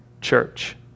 church